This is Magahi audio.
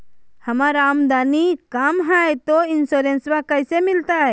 हमर आमदनी कम हय, तो इंसोरेंसबा कैसे मिलते?